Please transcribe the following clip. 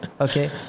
Okay